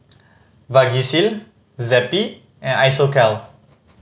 Vagisil Zappy and Isocal